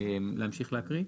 אולי כדאי ב-49(א)